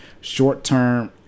short-term